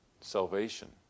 salvation